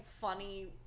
funny